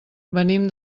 venim